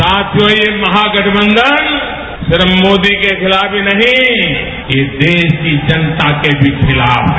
साथियों ये महागठबंधन सिर्फ मोदी के खिलाफ ही नहीं इस देश की जनता के भी खिलाफ है